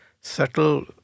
subtle